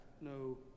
no